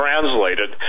Translated